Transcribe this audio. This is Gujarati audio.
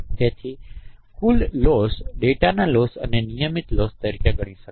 તેથી કુલ લોસ ડેટાના લોસ અને નિયમિત લોસ તરીકે ગણી શકાય